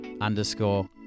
underscore